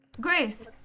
Grace